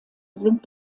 sind